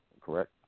correct